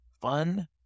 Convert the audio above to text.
fun